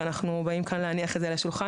אנחנו באים כאן כדי להניח את זה על השולחן,